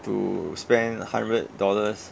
to spend a hundred dollars